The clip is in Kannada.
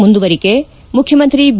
ಮುಂದುವರಿಕೆ ಮುಖ್ರಮಂತ್ರಿ ಬಿ